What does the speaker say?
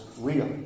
real